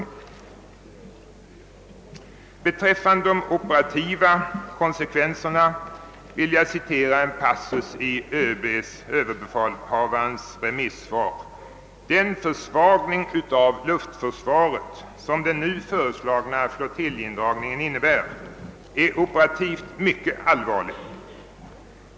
Beträffande de operativa konsekvenserna vill jag citera en passus i överbefälhavarens remissvar: »Den försvagning av luftförsvaret, som den nu föreslagna flottiljindragningen innebär, är operativt mycket allvarlig.